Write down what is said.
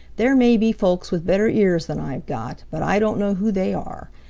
there may be folks with better ears than i've got, but i don't know who they are.